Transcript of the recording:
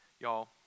Y'all